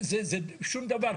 זה שום דבר.